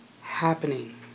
happening